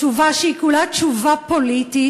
תשובה שהיא כולה תשובה פוליטית,